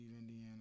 Indiana